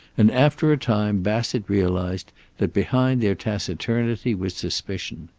and after a time bassett realized that behind their taciturnity was suspicion.